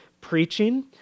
preaching